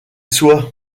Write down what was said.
soit